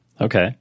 Okay